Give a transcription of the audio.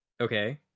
Okay